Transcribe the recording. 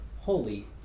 holy